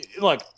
look